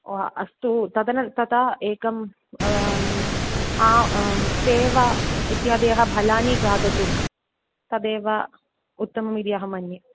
ओ अस्तु तदनु तथा एकम् आ सेवा इत्यादयः फलानि खादतु तदेव उत्तममिति अहं मन्ये